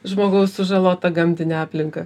žmogaus sužalotą gamtinę aplinką